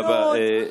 תודה רבה.